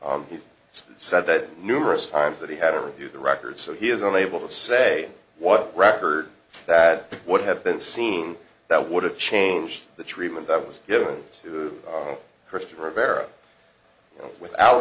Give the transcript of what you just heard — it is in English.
he said that numerous times that he had to review the records so he is only able to say what record that would have been seen that would have changed the treatment that was given to christopher rivera without